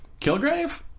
Kilgrave